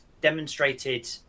demonstrated